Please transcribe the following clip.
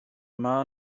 yma